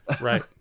right